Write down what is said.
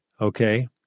Okay